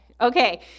Okay